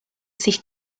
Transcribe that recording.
sich